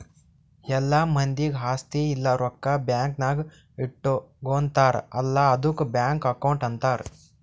ಎಲ್ಲಾ ಮಂದಿದ್ ಆಸ್ತಿ ಇಲ್ಲ ರೊಕ್ಕಾ ಬ್ಯಾಂಕ್ ನಾಗ್ ಇಟ್ಗೋತಾರ್ ಅಲ್ಲಾ ಆದುಕ್ ಬ್ಯಾಂಕ್ ಅಕೌಂಟ್ ಅಂತಾರ್